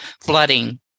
flooding